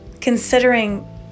considering